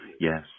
Yes